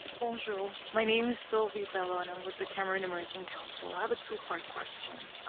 bonjour. my name is sylvie bello, and i'm with the cameroon american council. i have a two-part question.